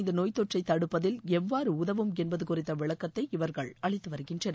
இந்த நோய்த் தொற்றை தடுப்பதில் எவ்வாறு உதவும் என்பது குறித்த விளக்கத்தை இவர்கள் அளித்து வருகின்றனர்